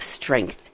strength